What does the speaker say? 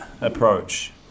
approach